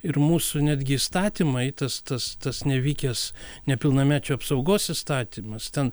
ir mūsų netgi įstatymai tas tas tas nevykęs nepilnamečių apsaugos įstatymas ten